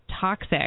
toxic